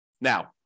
Now